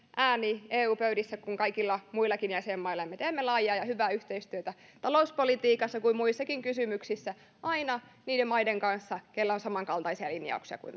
ääni eu pöydissä kuin kaikilla muillakin jäsenmailla me teemme laajaa ja hyvää yhteistyötä niin talouspolitiikassa kuin muissakin kysymyksissä aina niiden maiden kanssa keillä on samankaltaisia linjauksia kuin